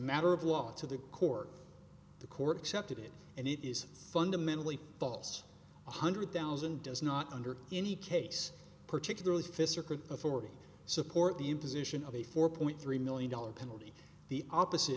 matter of law to the court the court excepted it and it is fundamentally false one hundred thousand does not under any case particularly physical authority support the imposition of a four point three million dollars penalty the opposite